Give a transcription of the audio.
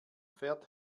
fährt